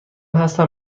هستم